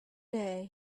day